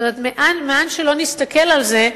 זאת אומרת: לאן שלא נסתכל על זה,